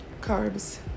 Carbs